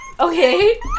Okay